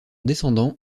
descendant